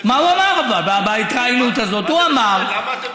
אבל זו טעות שפשוט אי-אפשר לתאר אותה.